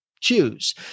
choose